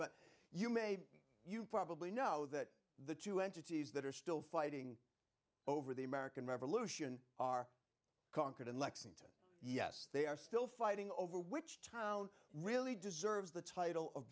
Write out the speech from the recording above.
but you may you probably know that the two entities that are still fighting over the american revolution are concord and lexington yes they are still fighting over which town really deserves the title of